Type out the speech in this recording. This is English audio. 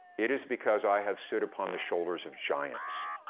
it is because i have stood upon the shoulders of giants.